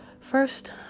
first